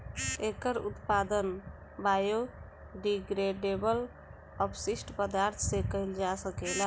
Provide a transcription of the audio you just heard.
एकर उत्पादन बायोडिग्रेडेबल अपशिष्ट पदार्थ से कईल जा सकेला